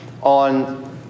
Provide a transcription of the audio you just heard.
on